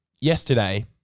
yesterday